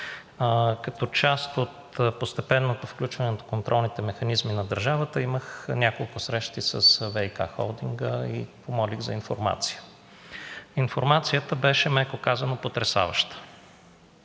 Като част от постепенното включване до контролните механизми на държавата имах няколко срещи с ВиК холдинга и помолих за информация. Информацията беше, меко казано, потресаваща.